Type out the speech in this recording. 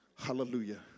Hallelujah